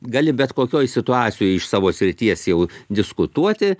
gali bet kokioj situacijoj iš savo srities jau diskutuoti